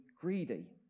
greedy